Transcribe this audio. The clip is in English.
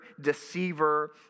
deceiver